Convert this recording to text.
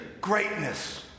greatness